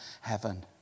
heaven